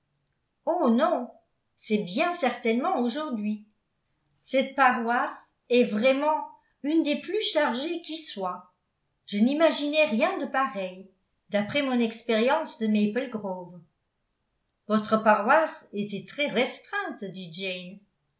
oh non c'est bien certainement aujourd'hui cette paroisse est vraiment une des plus chargées qui soient je n'imaginais rien de pareil d'après mon expérience de maple grove votre paroisse était très restreinte dit jane